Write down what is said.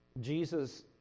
Jesus